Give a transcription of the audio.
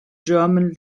german